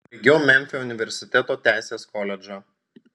baigiau memfio universiteto teisės koledžą